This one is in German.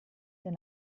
der